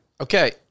Okay